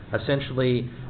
essentially